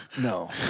No